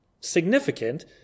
significant